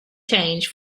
change